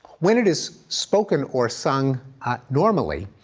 when it is spoken or sung normally,